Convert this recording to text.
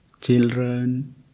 children